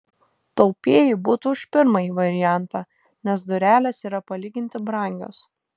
taupieji būtų už pirmąjį variantą nes durelės yra palyginti brangios